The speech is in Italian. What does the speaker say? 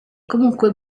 comunque